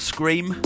Scream